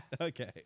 Okay